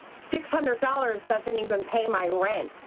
six hundred dollars doesn't even pay my rent.